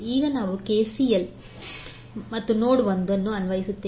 ಈಗ ನಾವು ಕೆಸಿಎಲ್ ಮತ್ತು ನೋಡ್ 1 ಅನ್ನು ಅನ್ವಯಿಸುತ್ತೇವೆ